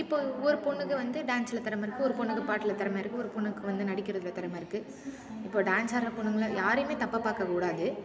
இப்போ ஒரு பெண்ணுக்கு வந்து டான்ஸில் திறம இருக்குது ஒரு பெண்ணுக்கு பாட்டில் திறம இருக்குது ஒரு பெண்ணுக்கு வந்து நடிக்கிறதில் திறம இருக்குது இப்போ டான்ஸ் ஆடுற பொண்ணுங்களை யாரையுமே தப்பாக பார்க்கக் கூடாது